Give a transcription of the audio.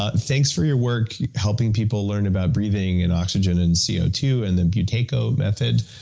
ah thanks for your work helping people learn about breathing, and oxygen, and c o two, and the buteyko method.